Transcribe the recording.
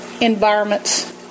environments